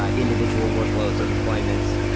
ah individual workloads and deployments.